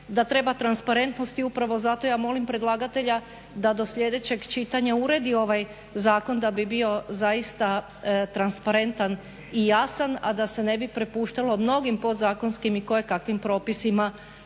da treba transparentnost i upravo zato ja molim predlagatelja da do sljedećeg čitanja uredi ovaj zakon da bi bio zaista transparentan i jasan, a da se ne bi prepuštalo mnogim podzakonskim i kojekakvim propisima